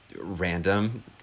random